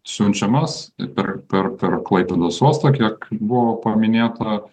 siunčiamas per per per klaipėdos uostą kiek buvo paminėta